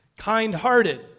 kind-hearted